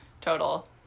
total